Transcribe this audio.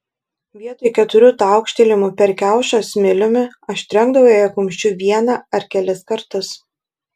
vietoj keturių taukštelėjimų per kiaušą smiliumi aš trenkdavau jai kumščiu vieną ar kelis kartus